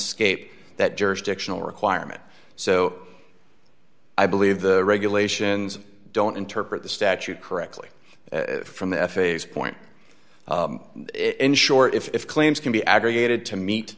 scape that jurisdictional requirement so i believe the regulations don't interpret the statute correctly from the f a s point in short if claims can be aggregated to meet